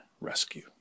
rescue